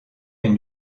une